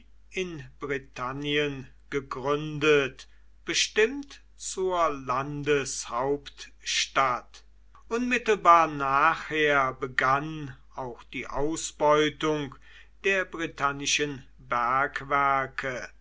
in britannien gegründet bestimmt zur landeshauptstadt unmittelbar nachher begann auch die ausbeutung der britannischen